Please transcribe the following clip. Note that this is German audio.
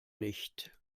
nicht